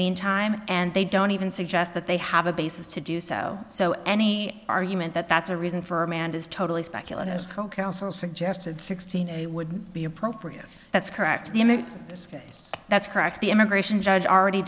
mean time and they don't even suggest that they have a basis to do so so any argument that that's a reason for a man is totally speculative his co counsel suggested sixteen a would be appropriate that's correct that's correct the immigration judge already